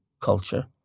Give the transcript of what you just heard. culture